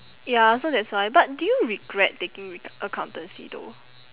ya so that's why but do you regret taking re~ accountancy though